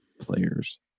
players